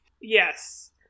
Yes